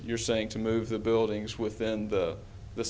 you're saying to move the buildings within the the